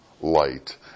light